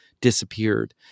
disappeared